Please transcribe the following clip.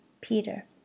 Peter